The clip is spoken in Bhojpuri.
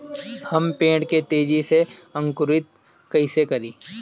हम पेड़ के तेजी से अंकुरित कईसे करि?